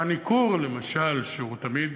על הניכור, למשל, שהוא תמיד